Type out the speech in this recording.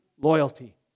loyalty